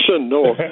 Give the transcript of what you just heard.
No